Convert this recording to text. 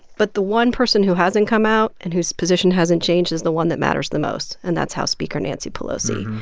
but the one person who hasn't come out and whose position hasn't changed is the one that matters the most, and that's house speaker nancy pelosi.